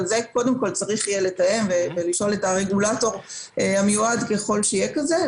אבל קודם כל צריך יהיה לתאם ולשאול את הרגולטור המיועד ככל שיהיה כזה.